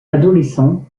adolescent